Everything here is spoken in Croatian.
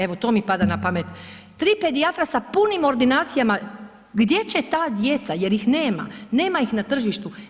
Evo to mi pada na pamet, tri pedijatra sa punim ordinacijama, gdje će ta djeca, jer ih nema, nema ih na tržištu.